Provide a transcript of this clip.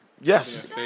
Yes